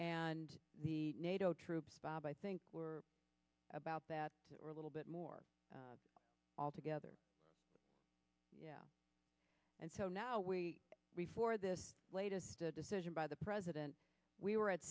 and the nato troops bob i think were that or a little bit more all together yeah and so now we we for this latest a decision by the president we were at